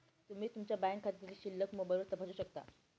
तुम्ही तुमच्या बँक खात्यातील शिल्लक मोबाईलवर तपासू शकता